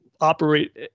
operate